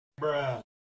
Bruh